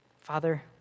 Father